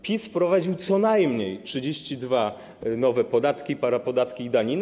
PiS wprowadził co najmniej 32 nowe podatki, parapodatki i daniny.